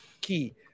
key